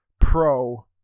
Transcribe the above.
Pro